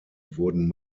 wurden